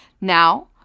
Now